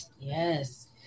Yes